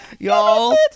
Y'all